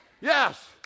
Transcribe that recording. Yes